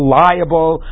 liable